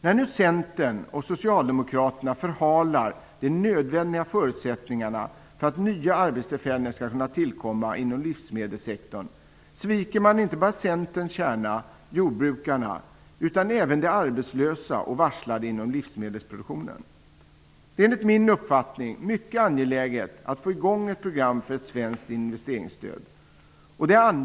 När nu centern och socialdemokraterna förhalar de nödvändiga förutsättningarna för att nya arbetstillfällen skall kunna tillkomma inom livsmedelssektorn sviker man inte bara centerns kärna, jordbrukarna, utan även de arbetslösa och de varslade inom livsmedelsproduktionen. Det är enligt min uppfattning mycket angeläget att snarast få i gång ett program för ett svenskt investeringsstöd.